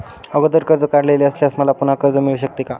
अगोदर कर्ज काढलेले असल्यास मला पुन्हा कर्ज मिळू शकते का?